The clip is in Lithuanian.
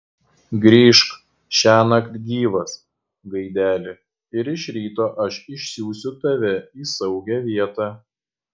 grįžk šiąnakt gyvas gaideli ir iš ryto aš išsiųsiu tave į saugią vietą